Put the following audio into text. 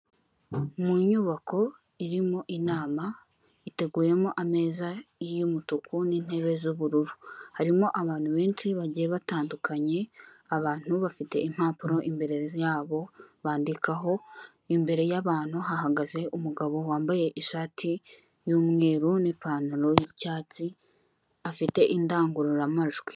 mu nyubako irimo inama iteguyemo ameza yumutuku n'intebe z'ubururu harimo abantu benshi bagiye batandukanye abantu bafite impapuro imbere yabo bandikaho imbere yabantu hahagaze umugabo wambaye ishati y'umweru n'ipantaro y'icyatsi afite indangururamajwi